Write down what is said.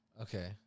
Okay